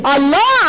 Allah